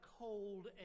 Cold